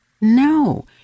No